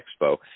Expo